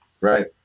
right